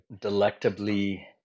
delectably